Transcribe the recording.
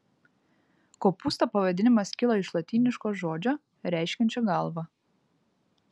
kopūsto pavadinimas kilo iš lotyniško žodžio reiškiančio galvą